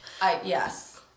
Yes